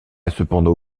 cependant